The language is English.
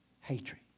hatred